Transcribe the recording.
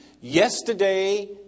yesterday